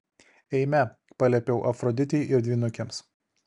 eime paliepiau afroditei ir dvynukėms